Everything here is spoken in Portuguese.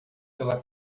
pela